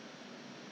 everything 照常